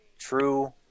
true